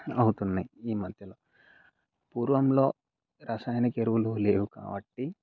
అవుతున్నాయి ఈ మధ్యలో పూర్వంలో రసాయనక ఎరువులు లేవు కాబట్టి